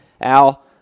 Al